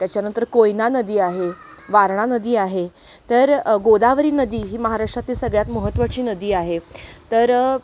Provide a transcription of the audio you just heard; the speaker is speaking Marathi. त्याच्यानंतर कोयना नदी आहे वारणा नदी आहे तर गोदावरी नदी ही महाराष्ट्रातली सगळ्यात महत्त्वाची नदी आहे तर